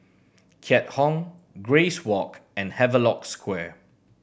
Keat Hong Grace Walk and Havelock Square